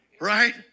Right